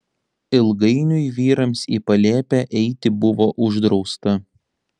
ilgainiui vyrams į palėpę eiti buvo uždrausta